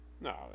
No